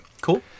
Cool